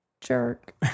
jerk